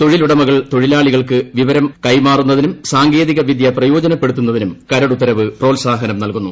തൊഴിലുടമകൾ തൊഴിലാളികൾക്ക് വിവരം കൈമാറുന്നതിനും സാങ്കേതിക വിദ്യ പ്രയോജനപ്പെടുതുന്നതിനും കരട് ഉത്തരവ് പ്രോത്സാഹനം നൽകുന്നു